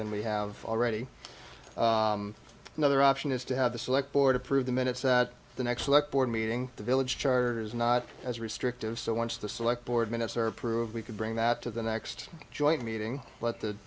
than we have already another option is to have the select board approve the minutes at the next select board meeting the village charter is not as restrictive so once the select board minutes are approved we could bring that to the next joint meeting let the